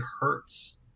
hurts